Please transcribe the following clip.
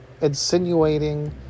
insinuating